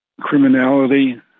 criminality